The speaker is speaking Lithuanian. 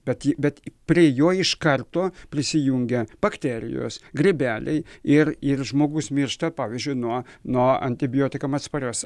bet ji bet prie jo iš karto prisijungia bakterijos grybeliai ir ir žmogus miršta pavyzdžiui nuo nuo antibiotikam atsparios